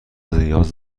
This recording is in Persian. نیاز